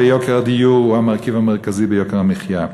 ויוקר הדיור הוא המרכיב המרכזי ביוקר המחיה.